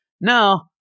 no